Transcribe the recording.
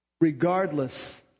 regardless